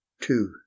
two